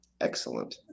Excellent